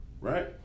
right